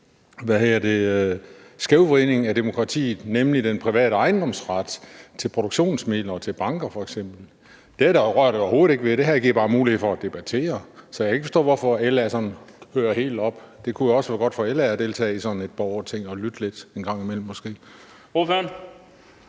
skævvridning af demokratiet, nemlig den private ejendomsret til produktionsmidler og til banker f.eks. Det rører det overhovedet ikke ved. Det her giver bare mulighed for at debattere. Så jeg kan ikke forstå, hvorfor LA kører helt op, for det kunne jo også være godt for LA at deltage i sådan et borgerting og lytte lidt en gang imellem måske.